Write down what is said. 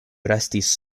restis